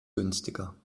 günstiger